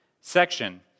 section